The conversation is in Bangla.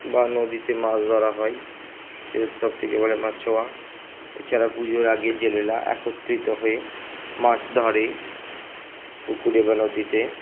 বা নদীতে মাছ ধরা হয় সেই উৎসবটিকে বলে মাছোয়া এছাড়া পুজোর আগে জেলেরা একত্রিত হয়ে মাছ ধরে পুকুরে বা নদীতে